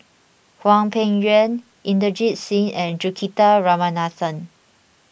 Hwang Peng Yuan Inderjit Singh and Juthika Ramanathan